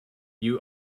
you